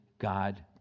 God